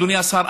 אדוני השר,